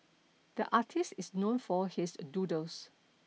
the artist is known for his doodles